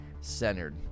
centered